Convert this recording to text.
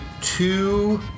two